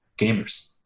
gamers